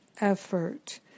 effort